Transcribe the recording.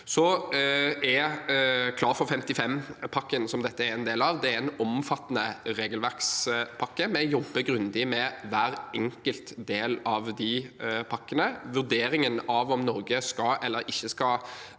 Klar for 55-pakken, som dette er en del av, er en omfattende regelverkspakke. Vi jobber grundig med hver enkelt del av de pakkene. Om Norge skal eller ikke skal